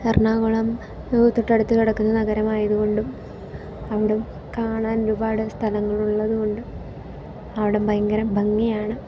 എറണാകുളം തൊട്ടടുത്ത് കിടക്കുന്ന നഗരമായത് കൊണ്ടും അവിടം കാണാൻ ഒരുപാട് സ്ഥലങ്ങളുള്ളത് കൊണ്ടും അവിടം ഭയങ്കര ഭംഗിയാണ്